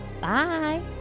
Bye